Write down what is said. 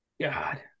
God